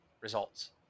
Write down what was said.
results